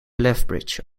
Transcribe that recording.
lethbridge